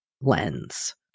lens